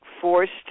forced